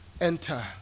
Enter